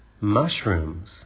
Mushrooms